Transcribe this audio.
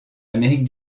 amérique